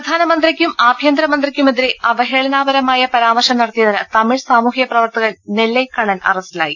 പ്രധാനമന്ത്രിക്കും ആഭ്യന്തരമന്ത്രിക്കുമെതിരെ അവഹേളനാപ രമായ പരാമർശം നടത്തിയതിന് തമിഴ് സാമൂഹ്യ പ്രവർത്തകൻ നെല്ലൈ കണ്ണൻ അറസ്റ്റിലായി